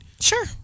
Sure